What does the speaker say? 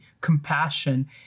compassion